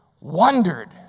Wondered